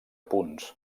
punts